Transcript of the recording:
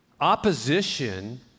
Opposition